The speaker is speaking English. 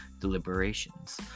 deliberations